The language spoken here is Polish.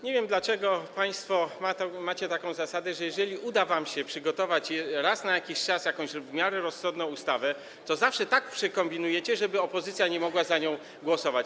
Nie wiem, dlaczego państwo macie taką zasadę, że jeżeli uda wam się przygotować raz na jakiś czas jakąś w miarę rozsądną ustawę, to zawsze tak przekombinujecie, żeby opozycja nie mogła za nią głosować.